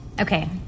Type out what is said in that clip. okay